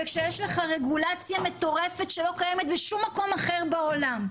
וכשיש לך רגולציה מטורפת שלא קיימת בשום מקום אחר בעולם,